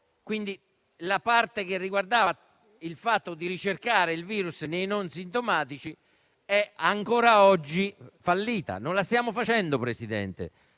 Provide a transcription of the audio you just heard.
Quindi, la parte che riguardava la ricerca del virus nei non sintomatici è ancora oggi fallita e non la stiamo facendo. Signor Presidente,